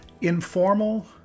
informal